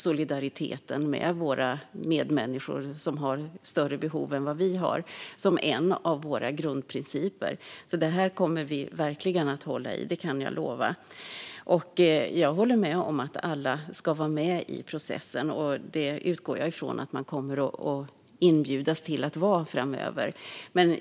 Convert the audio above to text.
Solidaritet med medmänniskor som har större behov än vad vi har är en av Kristdemokraternas grundprinciper, så detta kommer Kristdemokraterna verkligen att hålla i - det kan jag lova. Jag håller med om att alla ska vara med i processen, och det utgår jag från att man kommer att inbjudas att vara framöver.